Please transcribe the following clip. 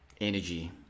energy